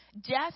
Death